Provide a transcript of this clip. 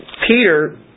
Peter